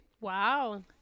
Wow